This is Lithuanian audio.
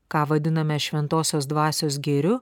ką vadiname šventosios dvasios gėriu